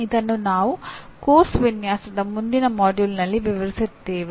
ಇದನ್ನು ನಾವು ಪಠ್ಯಕ್ರಮ ವಿನ್ಯಾಸದ ಮುಂದಿನ ಪಠ್ಯಕ್ರಮದಲ್ಲಿ ವಿವರಿಸುತ್ತೇವೆ